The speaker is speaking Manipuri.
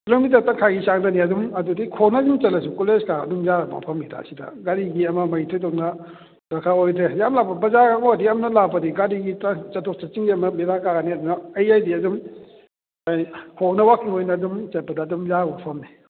ꯀꯤꯂꯣꯃꯤꯇꯔ ꯇꯪꯈꯥꯏꯒꯤ ꯆꯥꯡꯗꯅꯤ ꯑꯗꯨꯝ ꯑꯗꯨꯗꯤ ꯈꯣꯡꯅ ꯑꯗꯨꯝ ꯆꯠꯂꯁꯨ ꯀꯣꯂꯦꯖꯇ ꯑꯗꯨꯝ ꯌꯥꯔ ꯃꯐꯝꯅꯤꯗ ꯁꯤꯗ ꯒꯥꯔꯤꯒꯤ ꯑꯃꯃꯒꯤ ꯊꯣꯏꯗꯣꯛꯅ ꯗꯔꯀꯥꯔ ꯑꯣꯏꯗ꯭ꯔꯦ ꯌꯥꯝ ꯂꯥꯞꯄ ꯕꯖꯥꯔꯔꯣꯝꯗ ꯑꯣꯏꯔꯗꯤ ꯌꯥꯝꯅ ꯂꯥꯞꯄꯗꯤ ꯒꯥꯔꯤꯒꯤ ꯆꯠꯊꯣꯛ ꯆꯠꯁꯤꯟꯒꯤ ꯑꯃ ꯕꯦꯔꯥ ꯀꯥꯔꯅꯤ ꯑꯗꯨꯅ ꯑꯩ ꯑꯩꯗꯤ ꯑꯗꯨꯝ ꯑꯩꯈꯣꯏ ꯈꯣꯡꯅ ꯋꯥꯀꯤꯡ ꯑꯣꯏꯅ ꯑꯗꯨꯝ ꯆꯠꯄꯗ ꯑꯗꯨꯝ ꯌꯥꯕ ꯃꯐꯝꯅꯤ